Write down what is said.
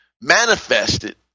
manifested